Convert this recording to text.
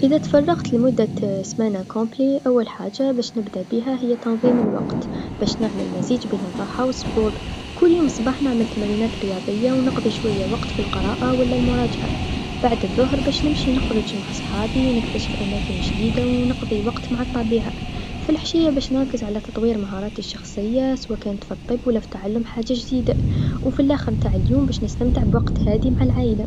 إذا تفرغت لمدة سمانه كامله أول حاجه باش نبدا بيها هي تنظيم الوقت باش نعمل مزيج بين الراحة و الرياضه، كل يوم صباح نعمل تمرينات رياضيه و نقضي شويا وقت في القراءة و لا المراجعه، بعد الظهر باش نمشي نخرج مع صحابي، نكتشف أماكن جديدا و نقضي وقت مع الطبيعه، في الحشيه باش نركز على تطوير مهاراتي الشخصيه سوا كانت في الطب و لا في تعلم حاجه جديدا، و في لاخر نتاع اليوم باش نستمتع بوقت هادي مع العايله.